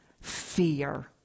fear